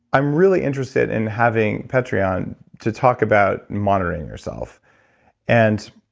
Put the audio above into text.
i'm really interested in having petteri on to talk about monitoring yourself and